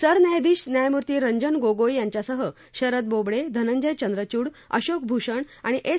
सरन्यायाधीश न्यायमूर्ती रंजन गोगोई यांच्यासह शरद बोबडे धनंजय चंद्रचूड अशोक भूषण आणि एस